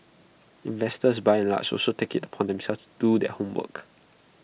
investors by and large also take IT upon themselves do their homework